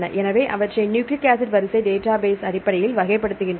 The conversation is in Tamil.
எனவே அவற்றை நியூக்ளிக் ஆசிட் வரிசை டேட்டாபேஸ் அடிப்படையில் வகைப்படுத்துகின்றன